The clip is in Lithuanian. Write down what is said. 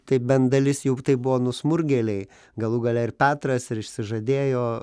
tai bent dalis jų buvo nusmurgėliai galų gale ir petras ir išsižadėjo